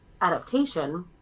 adaptation